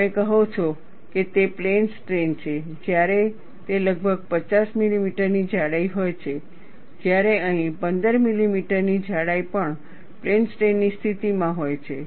તમે કહો છો કે તે પ્લેન સ્ટ્રેઈન છે જ્યારે તે લગભગ 50 મિલીમીટરની જાડાઈ હોય છે જ્યારે અહીં 15 મિલીમીટરની જાડાઈ પણ પ્લેન સ્ટ્રેઇન ની સ્થિતિમાં હોય છે